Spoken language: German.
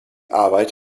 arbeit